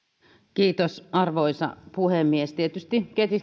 arvoisa puhemies tietysti